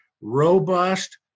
robust